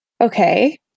Okay